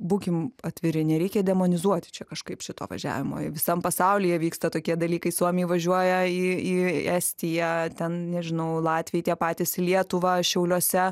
būkim atviri nereikia demonizuoti čia kažkaip šito važiavimo visam pasaulyje vyksta tokie dalykai suomiai važiuoja į į estiją ten nežinau latviai tie patys į lietuvą šiauliuose